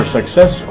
Success